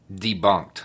debunked